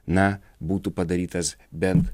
na būtų padarytas bent